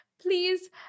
please